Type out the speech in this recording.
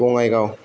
Bongaigaon